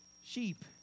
sheep